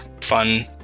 fun